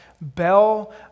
bell